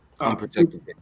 unprotected